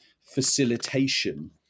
facilitation